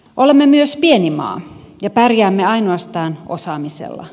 olemme myös pieni maa ja pärjäämme ainoastaan osaamisella